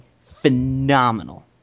phenomenal